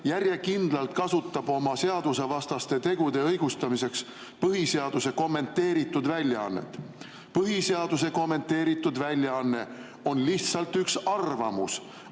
järjekindlalt kasutab oma seadusvastaste tegude õigustamiseks põhiseaduse kommenteeritud väljaannet. Põhiseaduse kommenteeritud väljaanne on lihtsalt üks arvamus,